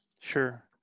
Sure